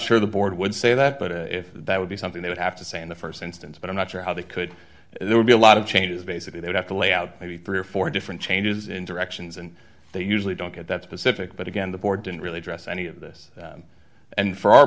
sure the board would say that but if that would be something they would have to say in the st instance but i'm not sure how they could there would be a lot of changes basically they'd have to lay out maybe three or four different changes in directions and they usually don't get that specific but again the board didn't really address any of this and for our